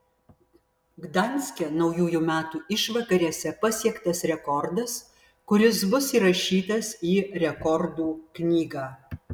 gdanske naujųjų metų išvakarėse pasiektas rekordas kuris bus įrašytas į rekordų knygą